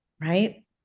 right